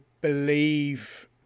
believe